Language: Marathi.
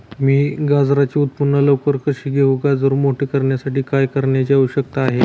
मी गाजराचे उत्पादन लवकर कसे घेऊ? गाजर मोठे करण्यासाठी काय करण्याची आवश्यकता आहे?